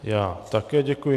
Já také děkuji.